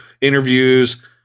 interviews